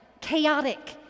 chaotic